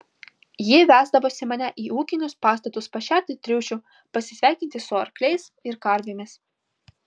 ji vesdavosi mane į ūkinius pastatus pašerti triušių pasisveikinti su arkliais ir karvėmis